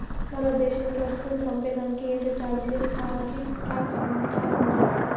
మరో దేశానికి వస్తువులు పంపే దానికి ఏసే చార్జీలే టార్రిఫ్ టాక్స్ అంటా ఉండారు